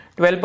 12%